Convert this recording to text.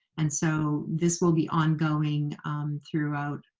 and so, this will be ongoing throughout,